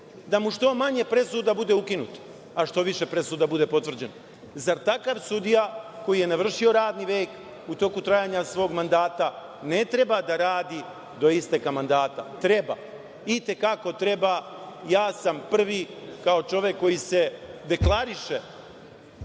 da mu što manje presuda bude ukinuto, a što više presuda bude potvrđeno. Zar takav sudija, koji je navršio radni vek u toku trajanja svog mandata, ne treba da radi do isteka mandata? Treba, i te kako treba. Ja sam prvi kao čovek koji se deklariše